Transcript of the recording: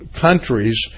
countries